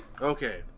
Okay